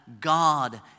God